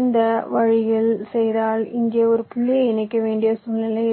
இந்த வழியில் செய்தால் இங்கே ஒரு புள்ளியை இணைக்க வேண்டிய சூழ்நிலை இருக்கலாம்